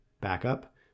backup